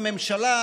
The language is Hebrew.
בממשלה,